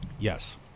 Yes